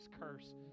curse